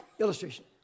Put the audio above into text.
Illustration